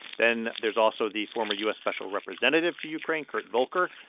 then there's also the former u s. special representative to ukraine, kurt volker.